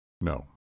No